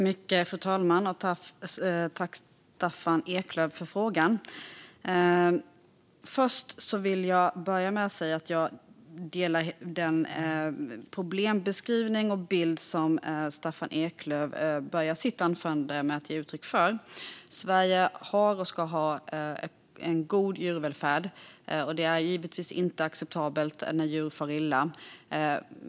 Fru talman! Tack, Staffan Eklöf, för frågan! Jag håller med om den problembeskrivning och bild som Staffan Eklöf inleder sitt anförande med att ge uttryck för. Sverige har och ska ha en god djurvälfärd. Det är givetvis inte acceptabelt när djur far illa.